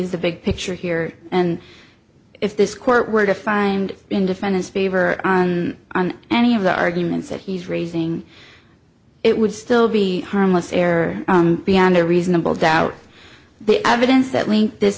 is the big picture here and if this court were to find in defendants favor on any of the arguments that he's raising it would still be harmless error beyond a reasonable doubt the evidence that linked this